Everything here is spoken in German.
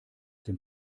dem